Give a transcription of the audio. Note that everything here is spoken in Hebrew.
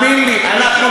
תאמין לי, אז איפה אנחנו?